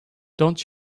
don’t